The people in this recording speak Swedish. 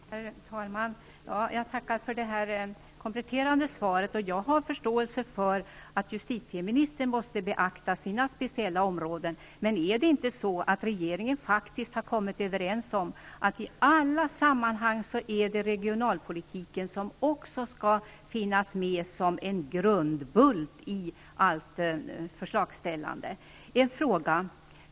Herr talman! Jag tackar för det kompletterande svaret. Jag har förståelse för att justitieministern måste beakta sina speciella områden. Men har inte regeringen kommit överens om att regionalpolitiken skall finnas med som en grundbult i alla sammanhang och i allt förslagsställande? Det är en fråga.